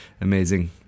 amazing